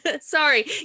sorry